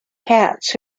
katz